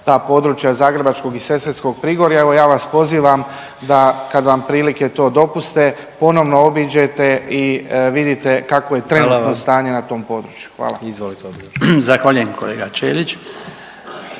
ta područja zagrebačkog i sesvetskog Prigorja. Evo ja vas pozivam da kad vam prilike to dopuste ponovno obiđete i vidite kakvo je trenutno stanje…/Upadica predsjednik: Hvala vam/…na